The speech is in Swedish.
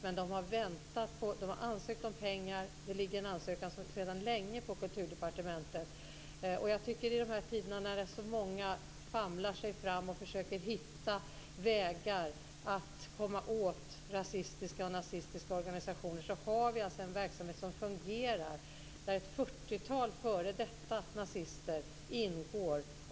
Det ligger sedan länge en ansökan om pengar från Exit hos Kulturdepartementet. I dessa tider när så många famlar sig fram och försöker hitta vägar för att komma åt nazistiska och rasistiska organisationer finns det en verksamhet som fungerar där ett fyrtiotal före detta nazister ingår.